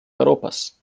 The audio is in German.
europas